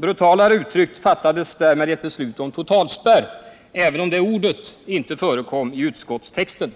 Brutalare uttryckt fattades därmed ett beslut om totalspärr, även om det ordet inte förekom i utskottstexten.